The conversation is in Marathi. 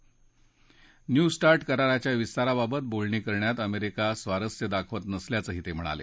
न्यू स्टार्ट कराराच्या विस्ताराबाबत बोलणी करण्यात अमेरिका स्वारस्य दाखवत नसल्याचंही ते म्हणाले